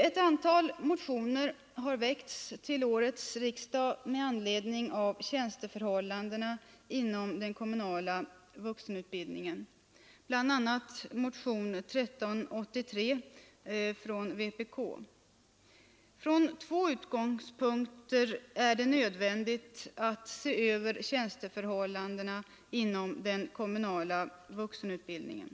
Ett antal motioner har väckts till årets riksdag med anledning av tjänsteförhållandena inom den kommunala vuxenutbildningen, bl.a. vpk-motionen 1383. Från två utgångspunkter är det nödvändigt att se över tjänsteförhållandena inom den kommunala vuxenutbildningen.